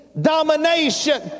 domination